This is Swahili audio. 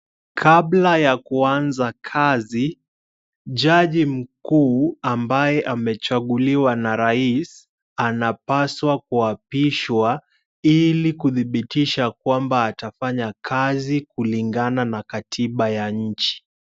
Kabla ya kuanza kazi, jaji mkuu ambaye amechaguliwa na rais anapaswa kuapishwa ili kudhibitisha kwamba atafanya kazi kulingana na katiba ya nchi.